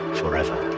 forever